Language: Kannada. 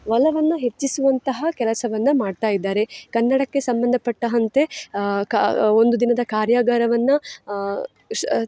ಒಲವನ್ನು ಹೆಚ್ಚಿಸುವಂತಹ ಕೆಲಸವನ್ನು ಮಾಡ್ತಾಯಿದ್ದಾರೆ ಕನ್ನಡಕ್ಕೆ ಸಂಬಂಧಪಟ್ಟಂತೆ ಕ ಒಂದು ದಿನದ ಕಾರ್ಯಾಗಾರವನ್ನು ಶ್